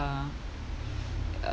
uh uh